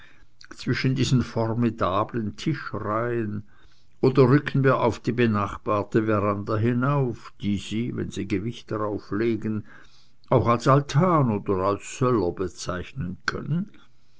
zwischen diesen formidablen tischreihen oder rücken wir auf die benachbarte veranda hinauf die sie wenn sie gewicht darauf legen auch als altan oder als söller bezeichnen können